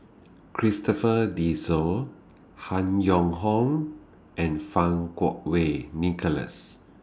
Christopher De Souza Han Yong Hong and Fang Kuo Wei Nicholas